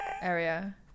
area